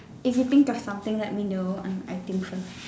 if you think of something let me know I am I think first